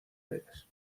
aires